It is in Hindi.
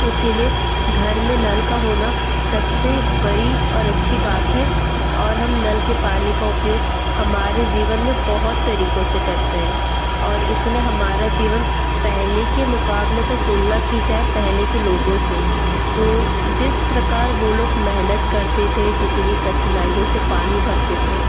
इसी लिए घर में नल का होना सबसे बड़ी और अच्छी बात है और हम नल के पानी का उपयोग हमारे जीवन में बहुत तरीक़ों से करते हैं और इसमें हमारा जीवन पहले के मुक़ाबले अगर तुलना की जाए पहले के लोगों से तो जिस प्रकार वे लोग मेहनत करते थे जितनी कठिनाइयों से पानी भरते थे